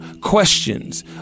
questions